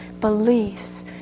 beliefs